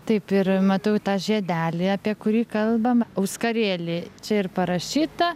taip ir matau tą žiedelį apie kurį kalbam auskarėlį čia ir parašyta